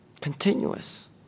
Continuous